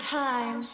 time